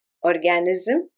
organism